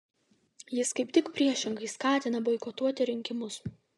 jis kaip tik priešingai skatina boikotuoti rinkimus